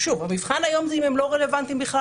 המבחן היום זה שאם הם לא רלוונטיים בכלל,